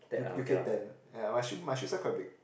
U U_K ten ya my shoe my shoe size quite big